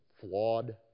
flawed